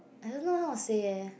I don't know how to say leh